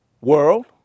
world